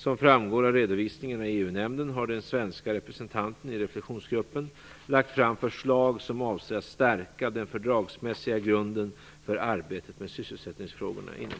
Som framgår av redovisningarna i EU-nämnden har den svenske representanten i reflektionsgruppen lagt fram förslag som avser att stärka den fördragsmässiga grunden för arbetet med sysselsättningsfrågorna inom